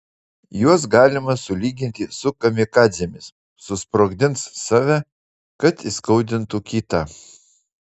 juos galima sulyginti su kamikadzėmis susprogdins save kad įskaudintų kitą